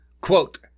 Quote